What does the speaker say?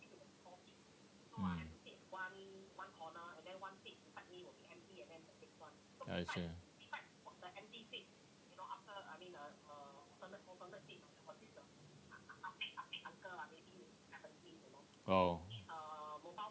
mm okay oh